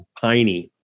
piney